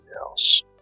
else